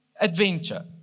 adventure